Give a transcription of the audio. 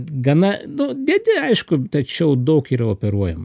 gana nu dedi aišku tačiau daug yra operuojama